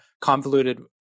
convoluted